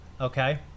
Okay